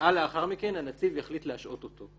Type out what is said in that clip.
ושעה לאחר מכן הנציב יחליט להשעות אותו.